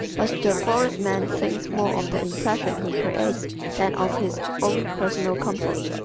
but the florid man thinks more of the impression he creates than of his own personal comfort,